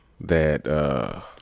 that-